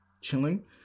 chilling